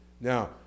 Now